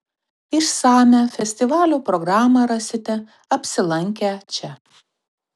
išsamią festivalio programą rasite apsilankę čia